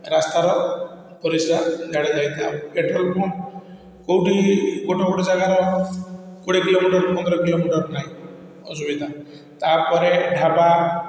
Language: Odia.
ରାସ୍ତାର ପରିଶ୍ରା ଝାଡ଼ା ପେଟ୍ରୋଲ୍ ପମ୍ପ କେଉଁଠି ଗୋଟେ ଗୋଟେ ଜାଗାର କୋଡ଼ିଏ କିଲୋମିଟର ପନ୍ଦର କିଲୋମିଟର ନାହିଁ ଅସୁବିଧା ତା'ପରେ ଢ଼ାବା